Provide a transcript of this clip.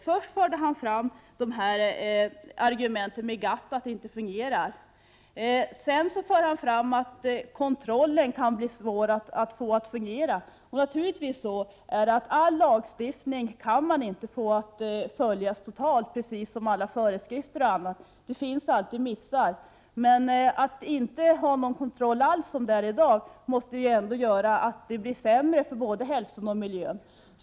Först för han fram argumenten med GATT och säger att det inte fungerar. Sedan framhåller han att det kan bli svårt att få kontrollen att fungera. Det är naturligtvis inte möjligt att totalt följa all lagstiftning och alla föreskrifter, men att inte ha någon kontroll alls, som i dag, måste betyda att det blir sämre för både hälsan och miljön.